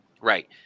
Right